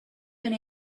been